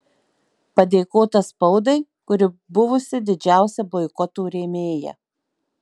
padėkota spaudai kuri buvusi didžiausia boikoto rėmėja